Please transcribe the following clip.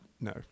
no